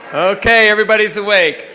okay, everybody's awake.